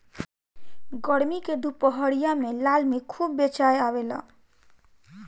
गरमी के दुपहरिया में लालमि खूब बेचाय आवेला